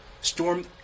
storm